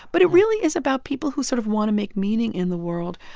but it really is about people who sort of want to make meaning in the world,